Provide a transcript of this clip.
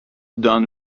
done